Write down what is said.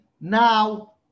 now